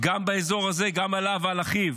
גם באזור הזה, גם עליו ועל אחיו